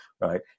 Right